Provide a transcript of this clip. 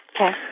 Okay